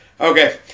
Okay